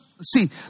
see